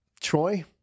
Troy